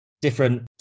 different